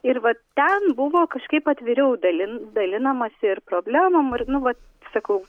ir va ten buvo kažkaip atviriau dalin dalinamasi ir problemom ir nu va sakau